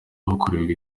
hakorerwa